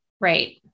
Right